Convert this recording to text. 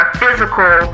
physical